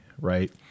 right